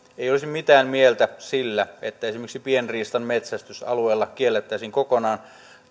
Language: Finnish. ei olisi mitään mieltä sillä että esimerkiksi pienriistan metsästys alueella kiellettäisiin kokonaan